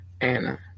Anna